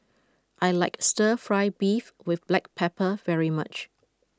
I like Stir Fry Beef with black pepper very much